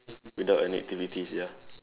without any activities ya